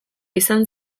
izan